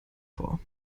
vor